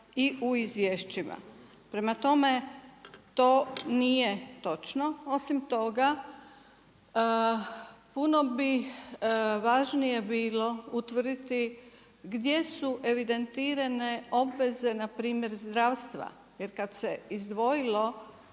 i u izvješćima. Prema tome, to nije točno. Osim toga puno bi važnije bilo utvrditi gdje su evidentirane obveze na primjer zdravstva. Jer kad se izdvojilo